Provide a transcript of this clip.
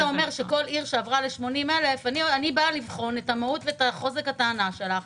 אני באה לבחון את המהות ואת חוזק הטענה שלך,